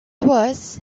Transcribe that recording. was